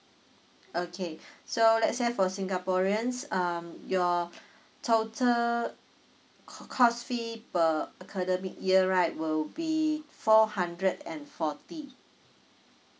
okay so let's say for singaporeans um your total co~ course fee per academic year right will be four hundred and forty